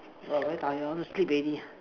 !wah! very tired I want to sleep already